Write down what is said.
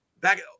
back